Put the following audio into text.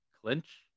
clinch